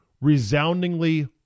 resoundingly